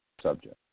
subject